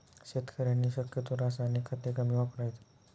शेतकऱ्यांनी शक्यतो रासायनिक खते कमी वापरावीत